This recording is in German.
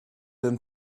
den